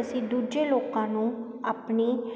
ਅਸੀਂ ਦੂਜੇ ਲੋਕਾਂ ਨੂੰ ਆਪਣੀ